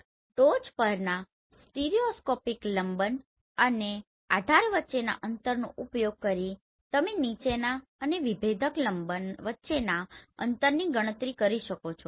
ટોચ પરના સ્ટીરિઓસ્કોપિક લંબન અને આધાર વચ્ચેના અંતરનો ઉપયોગ કરીને તમે નીચેના અને વિભેદક લંબન વચ્ચેના અંતરની ગણતરી કરી શકો છો